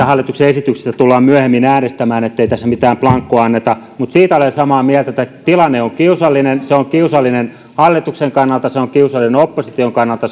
hallituksen esityksestä tullaan myöhemmin äänestämään niin ettei tässä mitään blankoa anneta mutta siitä olen samaa mieltä että tämä tilanne on kiusallinen se on kiusallinen hallituksen kannalta se on kiusallinen opposition kannalta